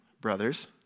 brothers